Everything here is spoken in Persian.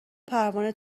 پروانه